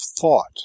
thought